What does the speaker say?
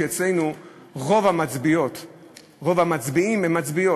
אצלנו רוב המצביעים הם מצביעות,